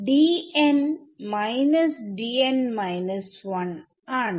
ഇത് ആണ്